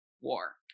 War